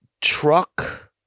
truck